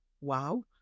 wow